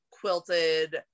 quilted